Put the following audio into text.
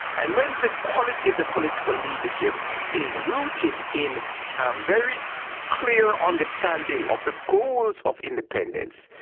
and when the quality of the political leadership is rooted in a very clear understanding of the goals of independence,